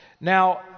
Now